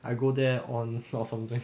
I go there on or something